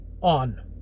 on